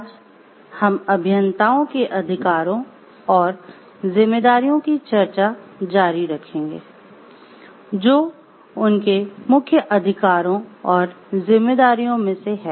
आज हम अभियंताओं के अधिकारों और जिम्मेदारियों की चर्चा जारी रखेंगे जो उनके मुख्य अधिकारों और जिम्मेदारियों में से हैं